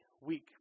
week